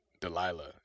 Delilah